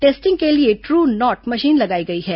testing के लिए ट्र नॉट मशीन लगाई गई है